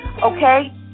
okay